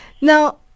Now